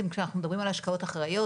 כאשר אנחנו מדברים על השקעות אחראיות.